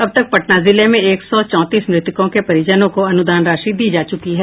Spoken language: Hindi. अब तक पटना जिले में एक सौ चौंतीस मृतकों के परिजनों को अनुदान राशि दी जा चुकी है